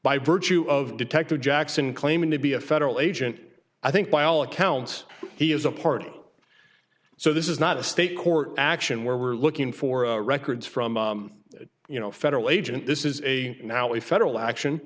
by virtue of detective jackson claiming to be a federal agent i think by all accounts he is a party so this is not a state court action where we're looking for records from you know federal agent this is a now a federal action